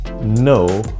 no